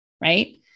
right